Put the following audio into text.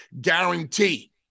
guarantee